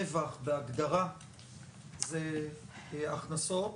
רווח בהגדרה זה הכנסות